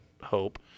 hope